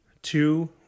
Two